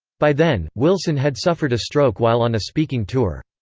by then, wilson had suffered a stroke while on a speaking tour.